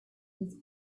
his